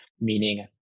meaning